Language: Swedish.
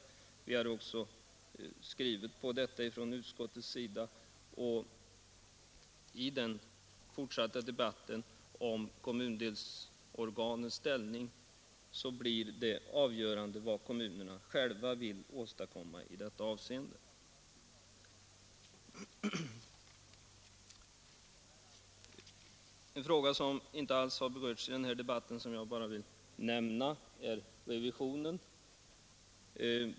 Utskottsmajoriteten har också anslutit sig till denna uppfattning, och i den fortsatta debatten om kommundelsorganens ställning blir kommunernas egna önskemål avgörande. En fråga som inte alls har tagits upp i den här debatten men som jag något vill beröra är revisionen.